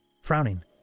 Frowning